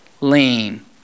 lean